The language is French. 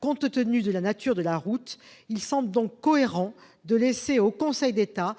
compte tenu de la nature de la route, il paraît cohérent de laisser le Conseil d'État